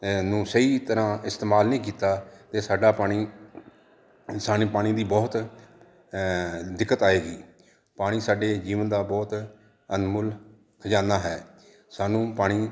ਨੂੰ ਸਹੀ ਤਰਾਂ ਇਸਤੇਮਾਲ ਨਹੀਂ ਕੀਤਾ ਤੇ ਸਾਡਾ ਪਾਣੀ ਸਾਨੂੰ ਪਾਣੀ ਦੀ ਬਹੁਤ ਦਿੱਕਤ ਆਏਗੀ ਪਾਣੀ ਸਾਡੇ ਜੀਵਨ ਦਾ ਬਹੁਤ ਅਨਮੁਲ ਖਜਾਨਾ ਹੈ ਸਾਨੂੰ ਪਾਣੀ